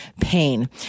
pain